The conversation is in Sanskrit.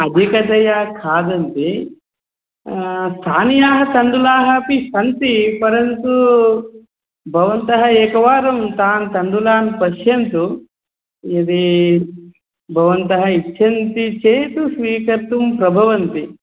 अधिकतया खादन्ति स्थानीयाः तण्डुलाः अपि सन्ति परन्तु भवन्तः एकवारं तान् तण्डुलान् पश्यन्तु यदि भवन्तः इच्छन्ति चेत् स्वीकर्तुं प्रभवन्ति